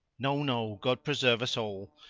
no, no, god preserve us all!